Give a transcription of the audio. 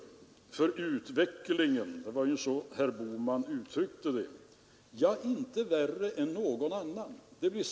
Jag nämnde det bara för att vara utförlig i referatet.